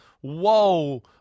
whoa